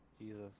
Jesus